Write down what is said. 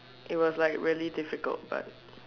it was like really difficult but